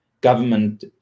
government